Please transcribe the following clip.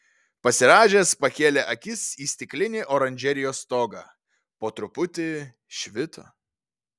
pasirąžęs pakėlė akis į stiklinį oranžerijos stogą po truputį švito